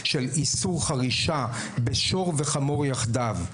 של איסור חרישה בשור וחמור יחדיו.